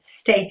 state